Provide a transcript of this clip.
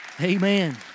Amen